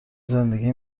زندگی